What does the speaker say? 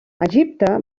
egipte